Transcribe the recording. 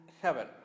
Heaven